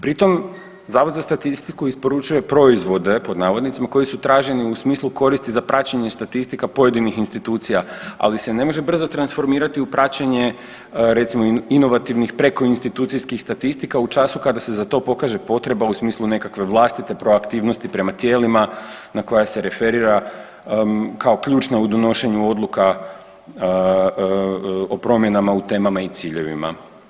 Pri tom zavod za statistiku isporučuje proizvode pod navodnicima koji su traženi u smislu koristi za praćenje statistika pojedinih institucija, ali ne može se brzo transformirati u praćenje recimo inovativnih preko institucijskih statistika u času kada se za to pokaže potreba u smislu nekakve vlastite proaktivnosti prema tijelima na koja se referira kao ključna u donošenju odluka o promjenama, u temama i ciljevima.